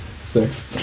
Six